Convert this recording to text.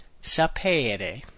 sapere